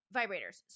vibrators